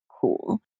cool